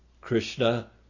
Krishna